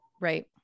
right